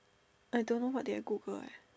I don't know what did I Google eh